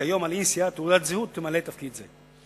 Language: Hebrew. כיום על אי-נשיאת תעודת זהות תמלא תפקיד זה.